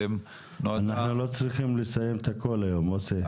אנחנו לא צריכים לסיים הכל היום, מוסי.